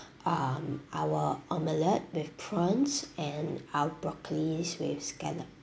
um our omelette with prawns and our broccoli with scallop